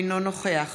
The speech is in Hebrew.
אינו נוכח